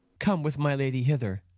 come with my lady hither.